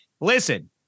listen